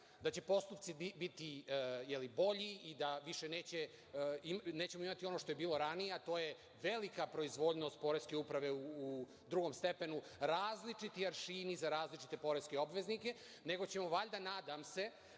da će postupci biti bolji i da više nećemo imati ono što je bilo ranije, a to je velika proizvoljnost poreske uprave u drugom stepenu, različiti aršini za različite poreske obveznike, nego ćemo valjda, nadam se,